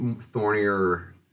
thornier